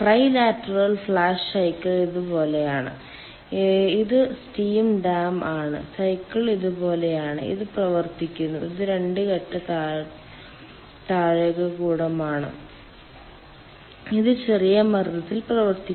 trilateral flash cycle ഇതുപോലെയാണ് ഇത് steam dome ആണ് സൈക്കിൾ ഇതുപോലെയാണ് ഇത് പ്രവർത്തിക്കുന്നു ഇത് രണ്ട് ഘട്ട താഴികക്കുടമാണ് ഇത് ചെറിയ മർദ്ദത്തിൽ പ്രവർത്തിക്കുന്നു